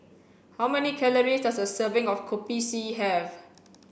how many calories does a serving of Kopi C have